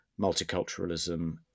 multiculturalism